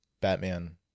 Batman